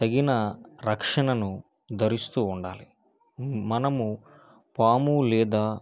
తగిన రక్షణను ధరిస్తూ ఉండాలి మనము పాము లేదా